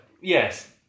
Yes